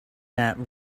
that